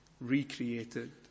recreated